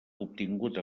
obtingut